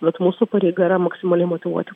bet mūsų pareiga yra maksimaliai motyvuoti